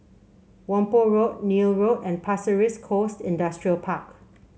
Whampoa Road Neil Road and Pasir Ris Coast Industrial Park